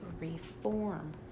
reform